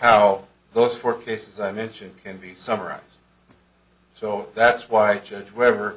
how those four cases i mentioned can be summarized so that's why judge webber